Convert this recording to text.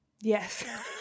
Yes